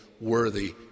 worthy